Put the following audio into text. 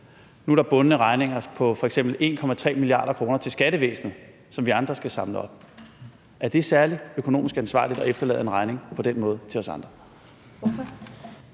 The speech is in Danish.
Nu er der f.eks. bundne regninger på 1,3 mia. kr. til skattevæsenet, som vi andre skal samle op. Er det særlig økonomisk ansvarligt at efterlade en regning på den måde til os andre?